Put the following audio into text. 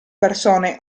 persone